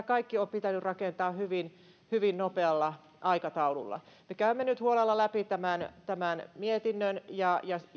kaikki on pitänyt rakentaa hyvin hyvin nopealla aikataululla me käymme nyt huolella läpi tämän tämän mietinnön ja